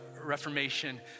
Reformation